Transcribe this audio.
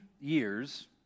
years